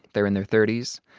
they're in their thirty s.